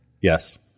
Yes